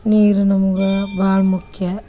ನೀರು ನಮ್ಗೆ ಭಾಳ ಮುಖ್ಯ